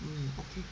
mm okay